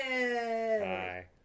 Hi